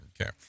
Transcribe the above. Okay